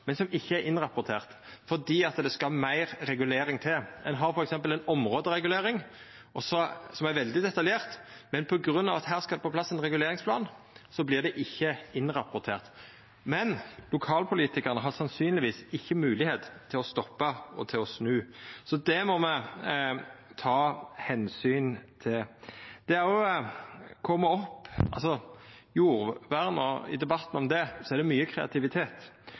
men som ikkje er innrapportert, fordi det skal meir regulering til. Ein har f.eks. ei områderegulering som er veldig detaljert, men på grunn at det her skal på plass ein reguleringsplan, vert det ikkje innrapportert. Men lokalpolitikarane har sannsynlegvis ikkje moglegheit til å stoppa og til å snu. Så det må me ta omsyn til. I debatten om jordvern er det mykje kreativitet. Noko av det eg på det